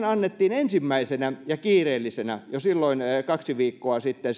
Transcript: annettiin ensimmäisenä ja kiireellisenä jo silloin kaksi viikkoa sitten